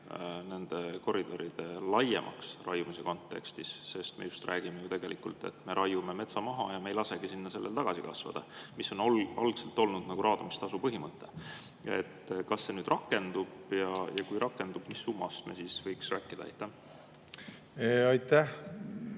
nende koridoride laiemaks raiumise kontekstis? Me ju räägime tegelikult, et me raiume metsa maha ja me ei lasegi sellel sinna tagasi kasvada, mis on algselt olnud nagu raadamistasu põhimõte. Kas see nüüd rakendub ja kui rakendub, siis mis summast me võiks rääkida? Aitäh!